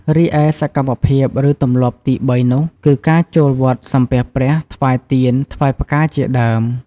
រីឯសកម្មភាព ឬទម្លាប់ទីបីនោះគឺ ការចូលវត្តសំពះព្រះ ថ្វាយទៀន ថ្វាយផ្កាជាដើម។